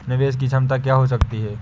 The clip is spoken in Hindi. निवेश की क्षमता क्या हो सकती है?